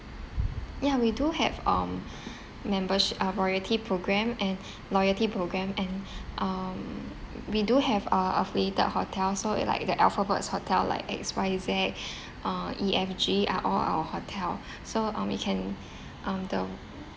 yeah we do have um membersh~ a royalty programme and loyalty programme and um we do have uh affiliated hotel so uh like the alphabets hotel like X Y Z uh E F G are all our hotel so um you can um the